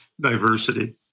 diversity